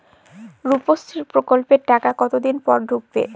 রুপশ্রী প্রকল্পের টাকা কতদিন পর ঢুকবে?